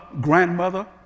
grandmother